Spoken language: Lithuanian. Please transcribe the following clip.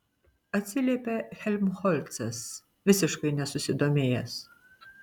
atsiliepė helmholcas visiškai nesusidomėjęs